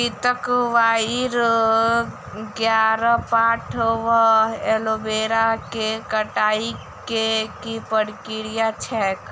घृतक्वाइर, ग्यारपाठा वा एलोवेरा केँ कटाई केँ की प्रक्रिया छैक?